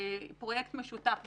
פרויקט משותף,